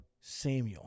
Samuel